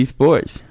Sports